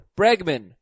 Bregman